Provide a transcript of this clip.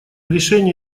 решения